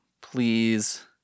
Please